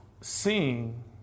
seeing